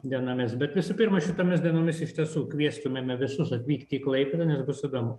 dienomis bet visų pirma šitomis dienomis iš tiesų kviestumėme visus atvykti į klaipėdą nes bus įdomu